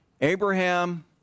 Abraham